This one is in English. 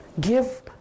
Give